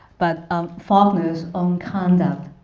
but um faulkner's own conduct